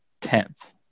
tenth